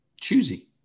choosy